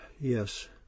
yes